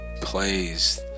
plays